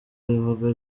rivugwa